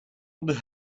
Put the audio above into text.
and